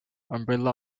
umbrella